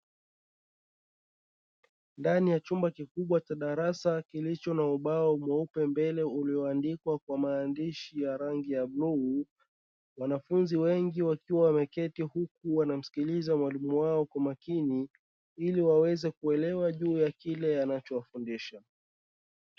Ndani ya chumba kikubwa cha darasa kilicho na ubao mweupe mbele ulioandikwa kwa maandishi ya rangi ya bluu, wanafunzi wengi wakiwa wameketi huku wanamsikiliza mwalimu wao kwa makini ili waweze kuelewa juu ya kile anachofundisha.